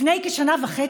לפני כשנה וחצי,